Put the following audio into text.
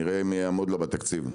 נראה מי יעמוד בתקציב.